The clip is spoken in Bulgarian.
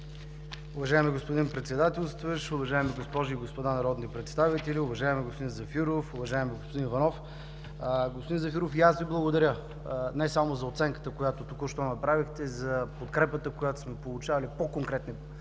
Уважаеми господин Председателстващ, уважаеми госпожи и господа народни представители, уважаеми господин Зафиров, уважаеми господин Иванов! Господин Зафиров и аз Ви благодаря! Не само за оценката, която току-що направихте, а и за подкрепата, която сме получавали по конкретни